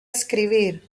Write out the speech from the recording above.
escribir